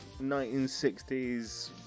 1960s